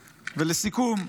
ולסיכום,